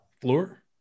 floor